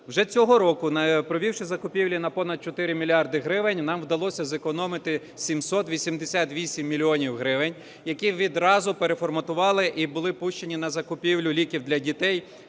Вже цього року, провівши закупівлі на понад 4 мільярди гривень, нам вдалося зекономити 788 мільйонів гривень, які відразу переформатували і були пущені на закупівлю ліків для дітей